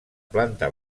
planta